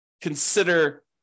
consider